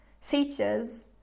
features